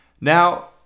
Now